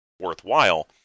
worthwhile